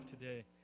today